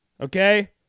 okay